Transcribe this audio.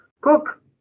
cook